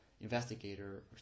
investigator